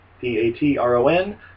P-A-T-R-O-N